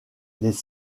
les